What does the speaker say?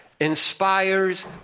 inspires